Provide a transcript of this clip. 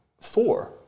Four